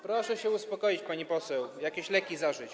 Proszę się uspokoić, pani poseł, jakieś leki zażyć.